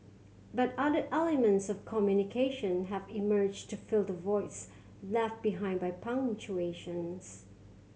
but other elements of communication have emerged to fill the voids left behind by punctuations